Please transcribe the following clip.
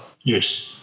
Yes